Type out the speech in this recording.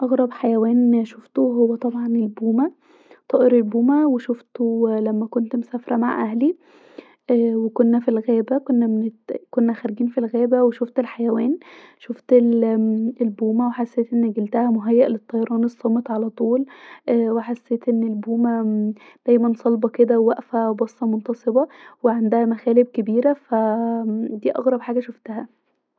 اكتر حيوان شوفته هو طبعا البومه طائر البومه وشوفته لما كنت مسافره مع أهلي اا وكنا في الغابه كنا خارجين في الغابه وشوفت الحيوان شوفت البومه وحسيت أن جلدها مهيئ للطيران الصامت علي طول وحسيت أن البومه دايما صلبه كدا وواقفه بصه منتصبه وعندها مخالب كبيره دي اغرب حاجه شوفتها